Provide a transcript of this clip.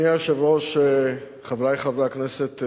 אדוני היושב-ראש, חברי חברי הכנסת,